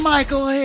Michael